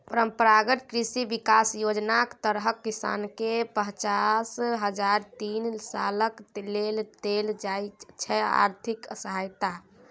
परंपरागत कृषि बिकास योजनाक तहत किसानकेँ पचास हजार तीन सालक लेल देल जाइ छै आर्थिक सहायता